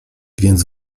więc